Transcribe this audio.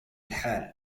الحال